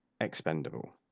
Expendable